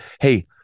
hey